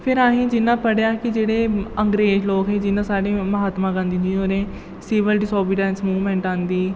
फिर असें जि'यां पढ़ेआ कि जेह्ड़े अंग्रेज लोक हे जि'नें साढ़े म्हात्मा गांधी जी होरें सिवल डिसओबीडेंस मूवमैंट आंह्दी